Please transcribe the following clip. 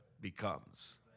becomes